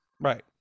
Right